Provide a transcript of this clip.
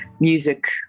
music